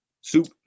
Super